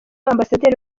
ambasaderi